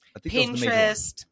Pinterest